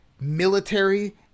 military